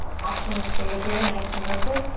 option to stay here nice and lifted,